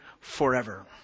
forever